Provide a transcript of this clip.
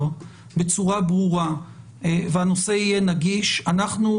בצורה ברורה והנושא יהיה נגיש אנחנו,